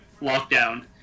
lockdown